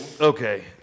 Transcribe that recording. Okay